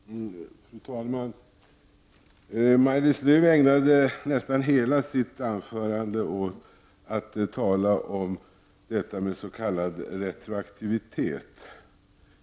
Fru talman! Maj-Lis Lööw ägnade nästan hela sitt anförande åt att tala om s.k. retroaktivitet.